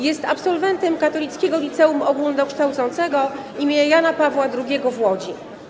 Jest absolwentem Katolickiego Liceum Ogólnokształcącego im. Jana Pawła II w Łodzi.